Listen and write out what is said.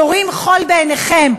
זורים חול בעיניכם,